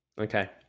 Okay